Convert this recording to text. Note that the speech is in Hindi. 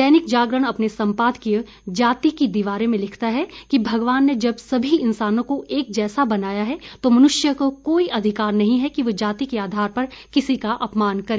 दैनिक जागरण अपने सम्पादकीय जाति की दिवारें में लिखता है कि भगवान ने जब सभी इंसानों को एक जैसा बनाया है तो मनुष्य को कोई अधिकार नहीं है कि वह जाति के आधार पर किसी का अपमान करें